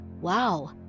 Wow